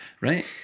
Right